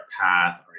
path